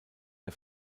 der